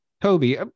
Toby